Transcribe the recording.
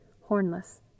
hornless